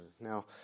Now